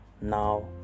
Now